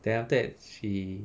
then after that she